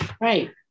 Right